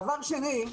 דבר שני,